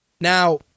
Now